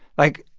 like,